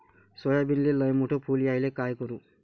सोयाबीनले लयमोठे फुल यायले काय करू?